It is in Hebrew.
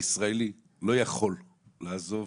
ישראלי לא יכול לעזוב,